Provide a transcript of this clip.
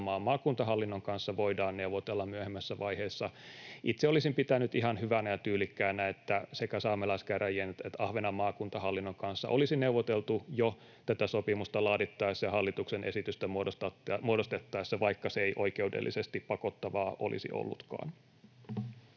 maakuntahallinnon kanssa voidaan neuvotella myöhemmässä vaiheessa. Itse olisin pitänyt ihan hyvänä ja tyylikkäänä, että sekä saamelaiskäräjien että Ahvenanmaan maakuntahallinnon kanssa olisi neuvoteltu jo tätä sopimusta laadittaessa ja hallituksen esitystä muodostettaessa, vaikka se ei oikeudellisesti pakottavaa olisi ollutkaan.